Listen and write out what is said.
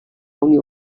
unió